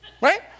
right